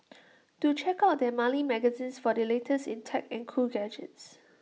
do check out their monthly magazine for the latest in tech and cool gadgets